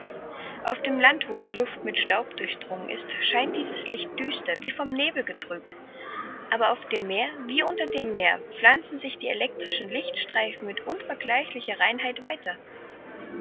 auf dem land wo die luft mit staub durchdrungen ist scheint dieses licht düster wie vom nebel getrübt aber auf dem meer wie unter dem meer pflanzen sich die elektrischen lichtstreifen mit unvergleichlicher reinheit weiter